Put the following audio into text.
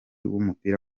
w’umupira